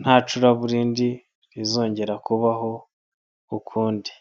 nta curaburindi rizongera kubaho ukundi.